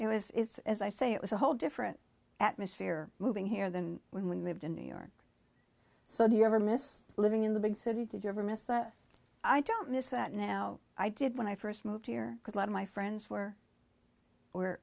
know it's as i say it was a whole different atmosphere moving here than when we lived in new york so do you ever miss living in the big city did you ever miss that i don't miss that now i did when i first moved here because a lot of my friends were